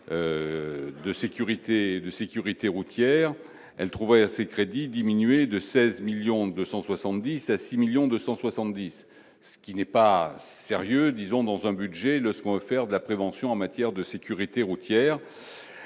de sécurité routière, elle trouvait à ses crédits diminuer de 16 millions 270 à 6 1000270, ce qui n'est pas sérieux disons dans un budget, le second, on va faire de la prévention en matière de sécurité routière,